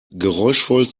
geräuschvoll